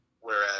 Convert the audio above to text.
Whereas